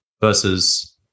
Versus